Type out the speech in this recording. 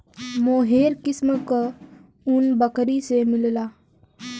मोहेर किस्म क ऊन बकरी से मिलला